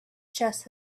chest